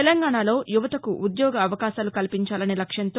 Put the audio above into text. తెలంగాణలో యువతకు ఉద్యోగ అవకాశాలు కల్పించాలనే లక్ష్యంతో